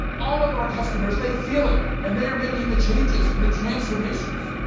all of our customers, they feel it. and they are making the changes and the transformations.